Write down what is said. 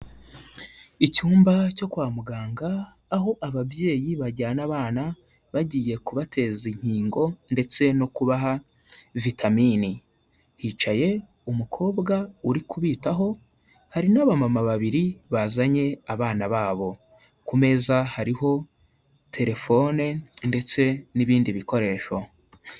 Icyumba cyo kwa muganga aho ababyeyi bajyana abana bagiye kubateza inkingo ndetse no kubaha vitamini, hicaye umukobwa uri kubitaho, hari n'abamama babiri bazanye abana babo, ku meza hariho telefone ndetse n'ibindi bikoresho.